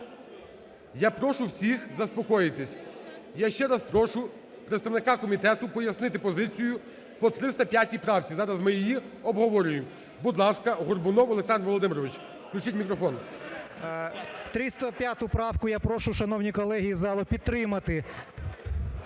Я прошу всіх заспокоїтись. Я ще раз прошу представника комітету пояснити позицію по 305 правці. Зараз ми її обговорюємо. Будь ласка, Горбунов Олександр Володимирович. Включіть мікрофон. 16:48:54 ГОРБУНОВ О.В. 305 правку я прошу, шановні колеги, і залу підтримати,